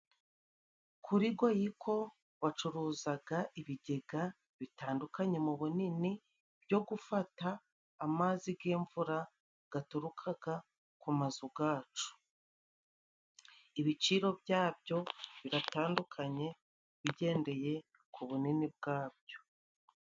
Kuri Goyiko bacuruzaga ibigega bitandukanye mu bunini byo gufata amazi g'imvura gaturukaga ku mazu gacu. Ibiciro byabyo biratandukanye bigendeye ku bunini bwabyo.